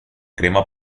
crema